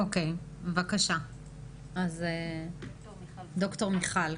בבקשה, ד"ר ברומברג.